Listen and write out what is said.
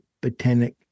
botanic